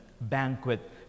banquet